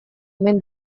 omen